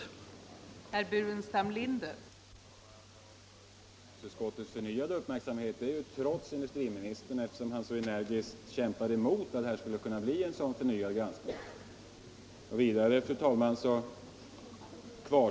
I sak finns inte mera att tillägga nu.